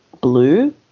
blue